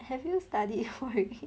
have you studied for it